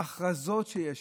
ההכרזות שיש שם,